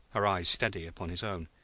her eyes steady upon his own.